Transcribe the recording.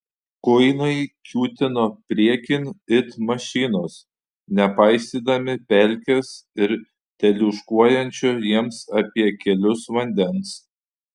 kuinai kiūtino priekin it mašinos nepaisydami pelkės ir teliūškuojančio jiems apie kelius vandens